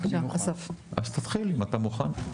אסף, תתחיל אם אתה מוכן.